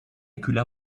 kühler